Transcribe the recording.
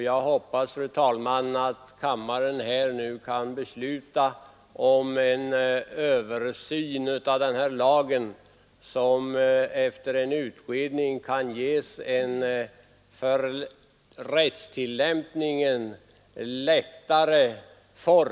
Jag hoppas, fru talman, att kammaren nu kan besluta om en översyn av lagen, så att den efter en utredning kan ges en form som gör rättstillämpningen lättare.